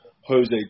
Jose